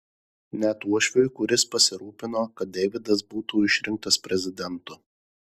net uošviui kuris pasirūpino kad deividas būtų išrinktas prezidentu